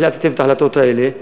החלטתם את ההחלטות האלה.